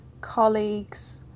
colleagues